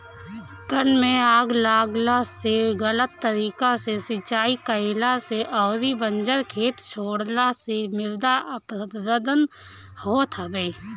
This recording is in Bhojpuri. वन में आग लागला से, गलत तरीका से सिंचाई कईला से अउरी बंजर खेत छोड़ला से मृदा अपरदन होत हवे